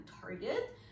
target